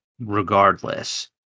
regardless